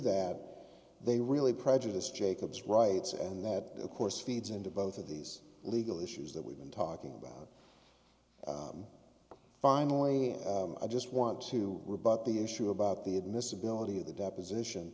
that they really prejudice jacobs rights and that of course feeds into both of these legal issues that we've been talking about finally and i just want to rebut the issue about the admissibility of the deposition